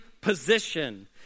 position